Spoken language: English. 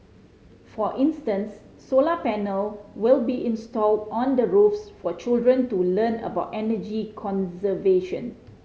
for instance solar panel will be installed on the roofs for children to learn about energy conservation